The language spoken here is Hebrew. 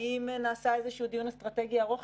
האם נעשה איזשהו דיון אסטרטגי ארוך